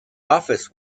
office